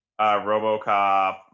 Robocop